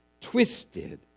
twisted